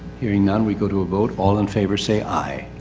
hearing on, we go to a vote. all in favor, say aye.